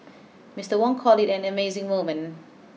Mister Wong called it an amazing moment